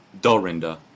Dorinda